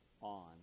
on